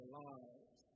lives